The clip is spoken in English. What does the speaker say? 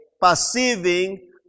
perceiving